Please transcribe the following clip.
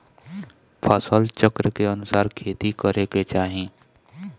फसल चक्र के अनुसार खेती करे के चाही